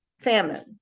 famine